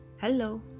Hello